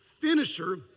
finisher